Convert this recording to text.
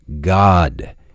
God